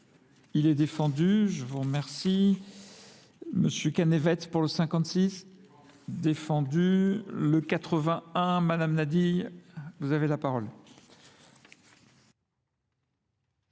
Il est défendu. Je vous remercie. Monsieur Cannevet, pour le 56, défendu. Le 81, madame Nadie, vous avez la parole.